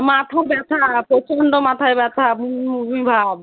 মাথা ব্যথা প্রচণ্ড মাথায় ব্যথা বমি বমিভাব